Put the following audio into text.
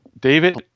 David